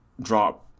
drop